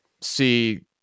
see